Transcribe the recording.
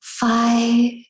five